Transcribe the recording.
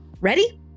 ready